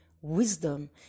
wisdom